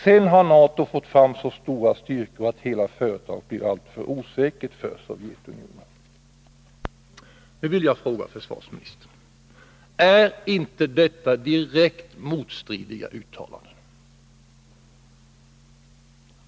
Sen har Nato fått fram så stora styrkor att hela företaget blir alltför osäkert för Sovjetunionen ——=—.” Jag vill fråga försvarsministern: Är inte detta direkt motstridiga uttalanden?